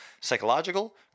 Psychological